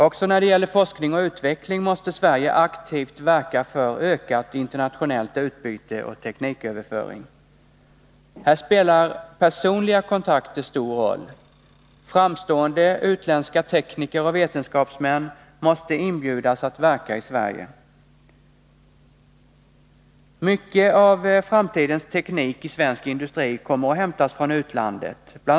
Också när det gäller forskning och utveckling måste Sverige aktivt verka för ökat internationellt utbyte och tekniköverföring. Här spelar personliga kontakter stor roll. Framstående utländska tekniker och vetenskapsmän måste inbjudas att verka i Sverige. Mycket av framtidens teknik i svensk industri kommer att hämtas från utlandet. Bl.